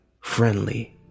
friendly